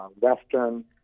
Western